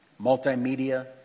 multimedia